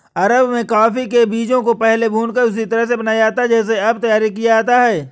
अरब में कॉफी के बीजों को पहले भूनकर उसी तरह से बनाया जाता था जैसे अब तैयार किया जाता है